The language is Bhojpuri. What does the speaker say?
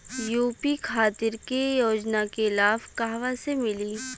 यू.पी खातिर के योजना के लाभ कहवा से मिली?